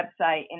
website